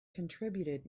contributed